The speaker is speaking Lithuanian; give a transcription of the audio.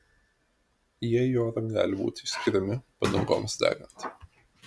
jie į orą gali būti išskiriami padangoms degant